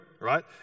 right